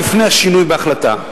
לפני השינוי בהחלטה,